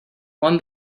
one